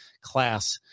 class